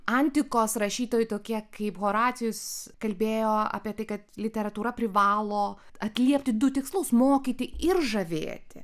antikos rašytojai tokie kaip horacijus kalbėjo apie tai kad literatūra privalo atliepti du tikslus mokyti ir žavėti